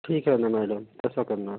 ठीक आहे ना मॅडम तसं करणार